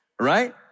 right